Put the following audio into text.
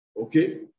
Okay